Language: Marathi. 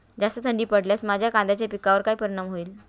जास्त थंडी पडल्यास माझ्या कांद्याच्या पिकावर काय परिणाम होईल?